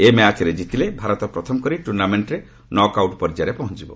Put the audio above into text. ଏହି ମ୍ୟାଚରେ ଜିତିଲେ ଭାରତ ପ୍ରଥମ କରି ଟୁର୍ଣ୍ଣାମେଣ୍ଟରେ ନକ୍ଆଉଟ୍ ପର୍ଯ୍ୟାୟରେ ପହଞ୍ଚିବ